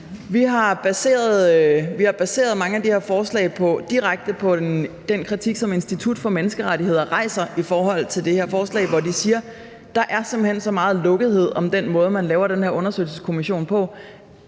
Vi har baseret mange af de her forslag direkte på den kritik, som Institut for Menneskerettigheder rejser i forhold til det her forslag, hvor de siger, at der simpelt hen er så meget lukkethed om den måde, man laver den her undersøgelseskommission på,